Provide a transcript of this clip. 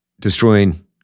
Destroying